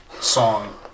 song